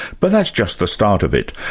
but that's just the start of it.